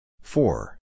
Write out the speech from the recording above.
Four